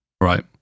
Right